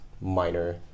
minor